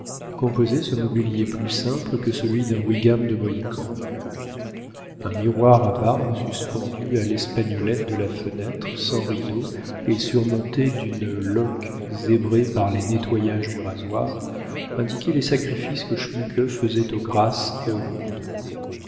composaient ce mobilier plus simple que celui d'un wigham de mohicans un miroir à barbe suspendu à l'espagnolette de la fenêtre sans rideaux et surmonté d'une loque zébrée par les nettoyages du rasoir indiquait les sacrifices que schmuke faisait aux grâces et au monde